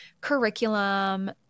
curriculum